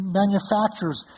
manufacturers